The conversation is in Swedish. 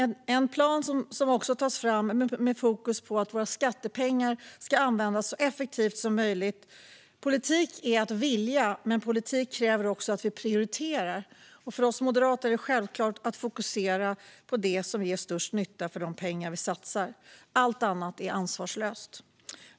Detta ska också vara en plan som tas fram med fokus på att skattepengarna ska användas så effektivt som möjligt. Politik är att vilja, men politiken kräver också att man prioriterar. För oss moderater är det självklart att fokusera på det som ger störst nytta för de pengar vi satsar - allt annat är ansvarslöst.